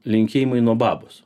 linkėjimai nuo babos